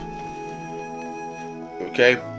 Okay